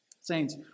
Saints